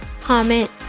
comment